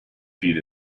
feet